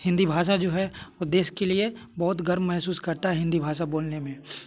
हिंदी भाषा जो है वो देश के लिए बहुत गर्व मेहसूस करता है हिंदी भाषा बोलने में